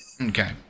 Okay